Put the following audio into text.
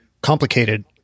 complicated